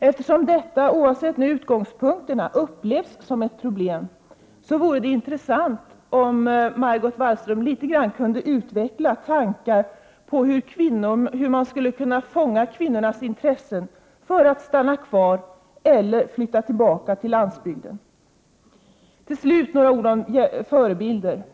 Eftersom detta, oavsett utgångspunkterna, upplevs som ett problem, vore det intressant om Margot Wallström kunde utveckla några tankar på hur man skulle kunna fånga kvinnornas intresse för att stanna kvar på eller flytta tillbaka till landsbygden. Till slut några ord om förebilder.